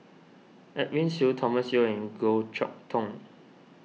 Edwin Siew Thomas Yeo and Goh Chok Tong